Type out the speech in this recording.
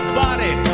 body